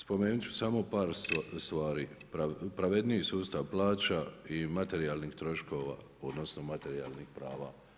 Spomenut ću samo par stvari – pravedniji sustav plaća i materijalnih troškova, odnosno materijalnih prava.